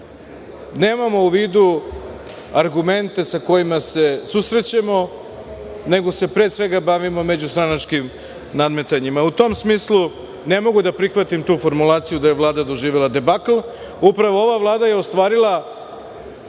nemamo u vidu argumente sa kojima se susrećemo, nego se pre svega bavimo međustranačkim nadmetanjima. U tom smislu, ne mogu da prihvatim tu formulaciju da je Vlada doživela debakl. Upravo ova Vlada je ostvarila